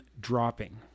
dropping